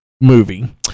Movie